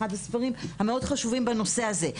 את אחד הספרים המאוד חשובים בנושא הזה.